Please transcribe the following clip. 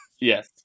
Yes